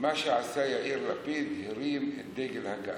ומה שעשה יאיר לפיד, הרים את דגל הגאווה,